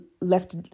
left